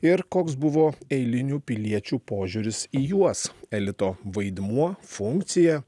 ir koks buvo eilinių piliečių požiūris į juos elito vaidmuo funkcija